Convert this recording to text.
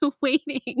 waiting